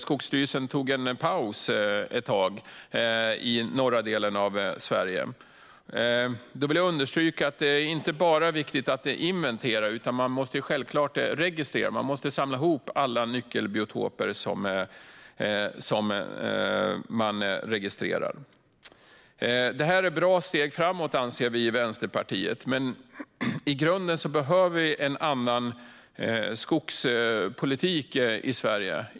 Skogsstyrelsen tog en paus ett tag i norra delen av Sverige. Det är inte bara viktigt att inventera, utan man måste självklart samla alla nyckelbiotoper och registrera dem. Det här är ett bra steg framåt anser vi i Vänsterpartiet, men i grunden behöver vi en annan skogspolitik i Sverige.